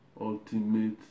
ultimate